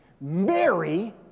Mary